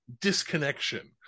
disconnection